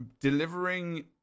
delivering